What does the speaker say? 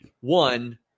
one